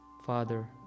father